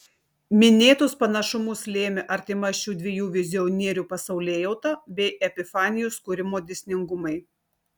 minėtus panašumus lėmė artima šių dviejų vizionierių pasaulėjauta bei epifanijos kūrimo dėsningumai